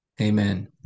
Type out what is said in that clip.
Amen